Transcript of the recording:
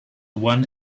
one